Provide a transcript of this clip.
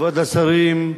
כבוד השרים,